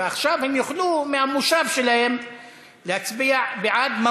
ועכשיו הם יוכלו מהמושב שלהם להצביע בעד,